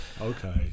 Okay